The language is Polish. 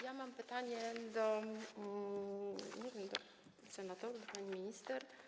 Ja mam pytanie do... nie wiem, do senatorów, do pani minister.